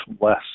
less